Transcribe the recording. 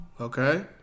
Okay